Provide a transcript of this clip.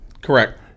Correct